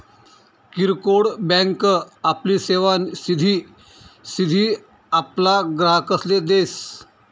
किरकोड बँक आपली सेवा सिधी सिधी आपला ग्राहकसले देस